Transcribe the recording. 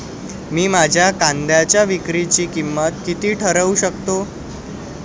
मी माझ्या कांद्यांच्या विक्रीची किंमत किती ठरवू शकतो?